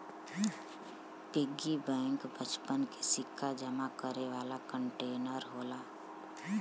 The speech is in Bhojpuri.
पिग्गी बैंक बच्चन के सिक्का जमा करे वाला कंटेनर होला